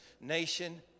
nation